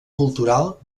cultural